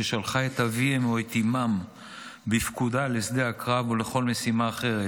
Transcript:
ששלחה את אביהם או את אימם בפקודה לשדה הקרב או לכל משימה אחרת,